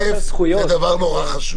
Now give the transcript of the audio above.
כסף זה דבר נורא חשוב.